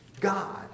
God